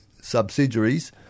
subsidiaries